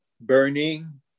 Burning